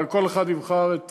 אבל כל אחד יבחר את